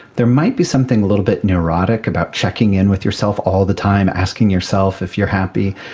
there might be something a little bit neurotic about checking in with yourself all the time, asking yourself if you are happy,